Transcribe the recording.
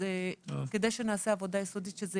כדי שנעשה עבודה יותר יסודית.